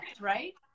right